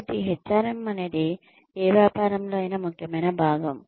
కాబట్టి HRM అనేది ఏ వ్యాపారంలో ఐన ముఖ్యమైన భాగం